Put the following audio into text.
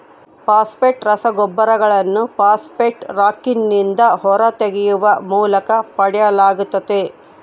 phosphate ರಸಗೊಬ್ಬರಗಳನ್ನು phosphate ರಾಕ್ನಿಂದ ಹೊರತೆಗೆಯುವ ಮೂಲಕ ಪಡೆಯಲಾಗ್ತತೆ